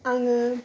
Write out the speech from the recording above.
आङो